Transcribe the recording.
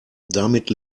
damit